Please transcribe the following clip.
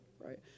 right